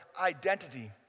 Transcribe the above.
identity